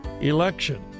election